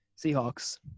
Seahawks